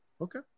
Okay